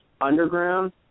Underground